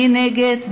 מי נגד?